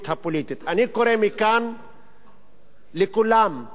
אני קורא מכאן לכולם לפעול,